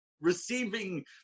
receiving